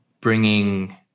bringing